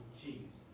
cheese